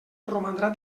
romandrà